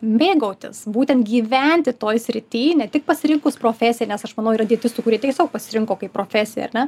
mėgautis būtent gyventi toj srity ne tik pasirinkus profesiją nes aš manau yra dietistų kurie tiesiog pasirinko kaip profesiją ar ne